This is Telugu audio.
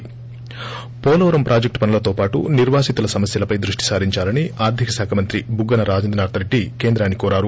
ి పోలవరం ప్రాజెక్టు పనులతో పాటు నిర్వాసితుల సమస్యలపై దృష్ణి సారించాలని ఆర్దిక శాఖ మంత్రి బుగ్గన రాజేంద్రనాథ్ రెడ్లి కేంద్రాన్ని కోరారు